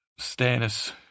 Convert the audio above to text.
Stannis